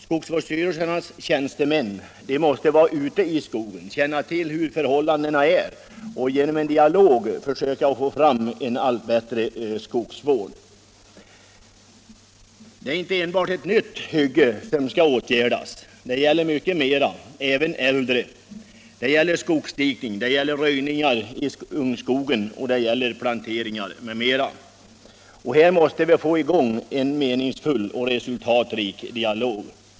Skogsvårdsstyrelsernas tjänstemän måste vara ute i skogen, så att de känner till hur förhållandena är, och genom en dialog med skogsägarna bör de försöka uppnå en allt bättre skogsvård. Det är inte enbart nya hyggen som skall bli föremål för åtgärder, utan det gäller mycket mera: det gäller även äldre hyggen, skogsdikning, röjning i ungskogen, planteringar m.m. Här måste vi få i gång en meningsfull och resultatrik dialog.